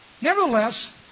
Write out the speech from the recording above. Nevertheless